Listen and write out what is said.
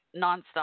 nonstop